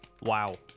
Wow